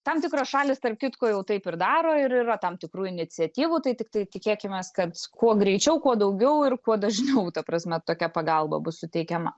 tam tikros šalys tarp kitko jau taip ir daro ir yra tam tikrų iniciatyvų tai tiktai tikėkimės kad kuo greičiau kuo daugiau ir kuo dažniau ta prasme tokia pagalba bus suteikiama